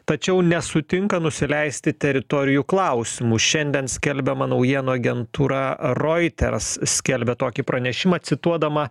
tačiau nesutinka nusileisti teritorijų klausimu šiandien skelbiama naujienų agentūra reuters skelbia tokį pranešimą cituodama